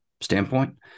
standpoint